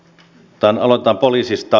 aloitetaan poliisista